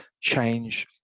change